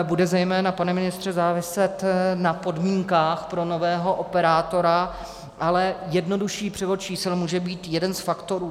Bude zejména, pane ministře, záviset na podmínkách pro nového operátora, ale jednodušší převod čísel může být jeden z faktorů.